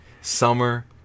summer